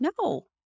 no